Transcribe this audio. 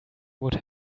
would